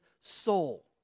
soul